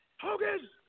Hogan